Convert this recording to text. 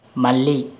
మల్లీ